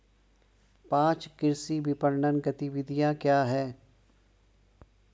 पाँच कृषि विपणन गतिविधियाँ क्या हैं?